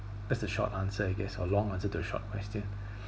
that's the short answer I guess a long answer to a short question